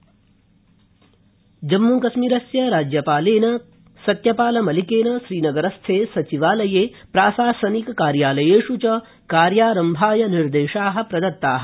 जम्मुकश्मीर राज्यपाल जम्मूकश्मीरस्य राज्यपालेन सत्यपाल मलिकेन श्रीनगरस्थे सचिवालये प्राशासनिक कार्यालयेष् च कार्यारम्भाय निर्देशा प्रदत्ता